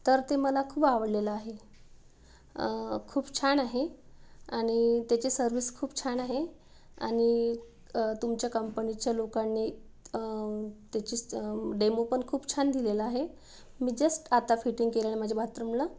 तर ते मला खूप आवडलेलं आहे खूप छान आहे आणि त्याची सर्विस खूप छान आहे आणि तुमच्या कंपनीच्या लोकांनी त्याची डेमो पण खूप छान दिलेला आहे मी जस्ट आता फिटिंग केलेलं माझ्या बाथरूमला